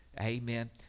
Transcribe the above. Amen